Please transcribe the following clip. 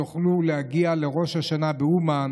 יוכלו להגיע בראש השנה לאומן,